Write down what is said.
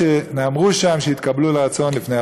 נוסף על כך נעשו צעדים לשיפור הביטחון התזונתי,